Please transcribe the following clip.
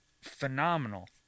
phenomenal